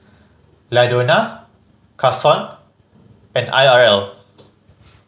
Ladonna Kason and I R L